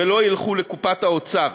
ולא ילכו לקופת האוצר.